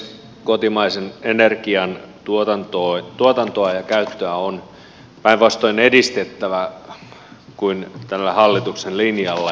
kotimaisen energian tuotantoa ja käyttöä on päinvastoin edistettävä toisin kuin tällä hallituksen linjalla